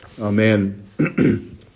Amen